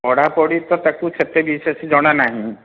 ପଢ଼ାପଢ଼ି ତ ତାକୁ ସେତେ ବିଶେଷ ଜଣାନାହିଁ